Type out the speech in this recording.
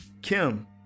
Kim